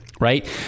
right